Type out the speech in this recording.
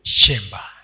chamber